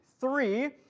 three